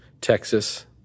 Texas